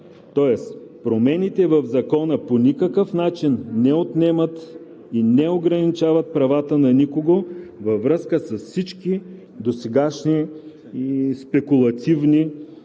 Тоест, промените в Закона по никакъв начин не отнемат и не ограничават правата на никого във връзка с всички досегашни спекулативни изказвания